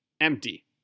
empty